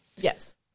Yes